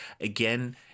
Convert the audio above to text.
Again